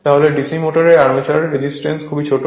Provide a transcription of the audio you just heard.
তাহলে DC মোটরের armature resistance খুবই ছোট